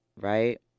right